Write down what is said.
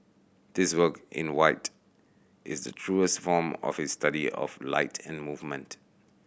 this work in white is the truest form of his study of light and movement